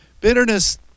bitterness